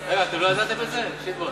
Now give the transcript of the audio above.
רגע, אתם לא ידעתם את זה, שטבון?